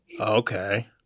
okay